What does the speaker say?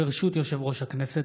ברשות יושב-ראש הכנסת,